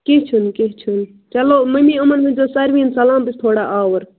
کیٚنٛہہ چھُنہٕ کیٚنٛہہ چھُنہٕ چلو مٔمی یِمَن ؤنۍزیٚو سارِنِٮ۪ن سلام بہٕ چھَس تھوڑا آوُر